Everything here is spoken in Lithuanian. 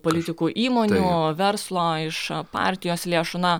politikų įmonių verslo iš partijos lėšų na